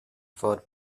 for